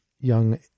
young